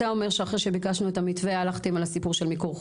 אתה אומר שאחרי שביקשנו את המתווה הלכתם על הסיפור של מיקור חוץ.